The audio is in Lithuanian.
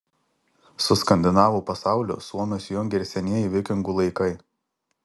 su skandinavų pasauliu suomius jungia ir senieji vikingų laikai